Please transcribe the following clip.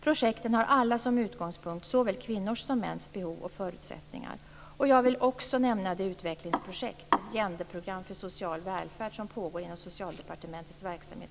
Projekten har alla som utgångspunkt såväl kvinnor som mäns behov och förutsättningar. Jag vill också nämna det utvecklingsprojekt